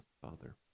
Father